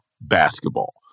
basketball